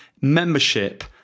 membership